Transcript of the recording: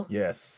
yes